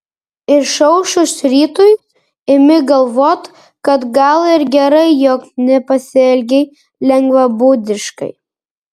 išaušus rytui imi galvoti kad gal ir gerai jog nepasielgei lengvabūdiškai